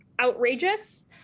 outrageous